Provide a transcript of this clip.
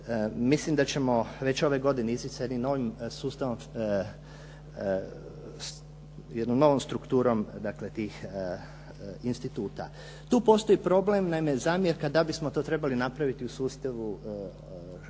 mislim da ćemo već ove godine ići sa jednim novim sustavom, jednom novom strukturom tih instituta. Tu je postoji problem, naime zamjerka da bismo to trebali napraviti u sustavu